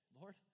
Lord